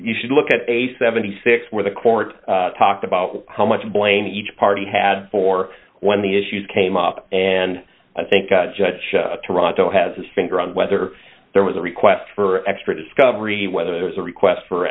you should look at a seventy six where the court talked about how much blame each party had for when the issues came up and i think the judge toronto has his finger on whether there was a request for extra discovery whether it was a request for